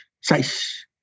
size